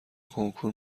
کنکور